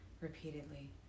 repeatedly